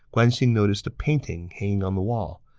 guan xing noticed a painting hanging on the wall.